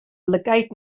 lygaid